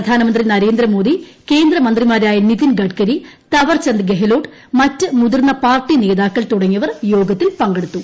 പ്രധാനമന്ത്രി നരേന്ദ്രമോദി കേന്ദ്രമന്ത്രിമാരായ നിതിൻ ഗഡ്കരി തവർചന്ദ് ഗെഹ്ലോട്ട് മുതിർന്ന പാർട്ടി നേതാക്കൾ തുടങ്ങിയവർ യോഗത്തിൽ പങ്കെടുത്തു